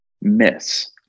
miss